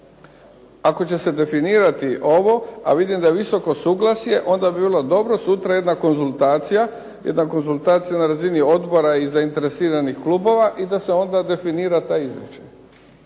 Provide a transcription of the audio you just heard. ako će se definirati ovo, a vidim da je visoko suglasje, onda bi bilo dobro sutra jedna konzultacija na razini odbora i zainteresiranih klubova i da se onda definira taj izričaj.